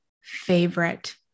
favorite